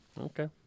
Okay